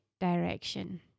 direction